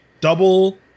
double